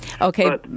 Okay